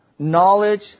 Knowledge